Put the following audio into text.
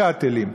"שאטלים",